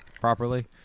properly